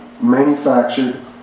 manufactured